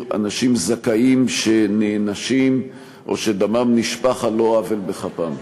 אנשים זכאים שנענשים או שדמם נשפך על לא עוול בכפם.